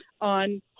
on